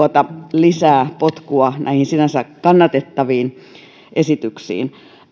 lisää potkua näihin sinänsä kannatettaviin esityksiin